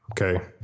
okay